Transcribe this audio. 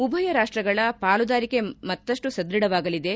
ಉಭಯ ರಾಷ್ಷಗಳ ಪಾಲುದಾರಿಕೆ ಮತ್ತಷ್ಲು ಸದ್ಭಢವಾಗಲಿದೆ